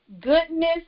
goodness